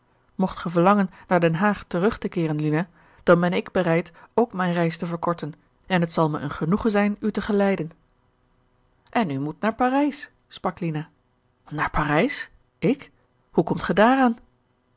mocht ge verlangen naar den haag terug te keeren lina dan ben ik bereid ook mijn reis te verkorten en het zal me een genoegen zijn u te geleiden en u moet naar parijs sprak lina naar parijs ik hoe komt ge